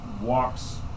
walks